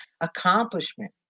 accomplishment